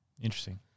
Interesting